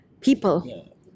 people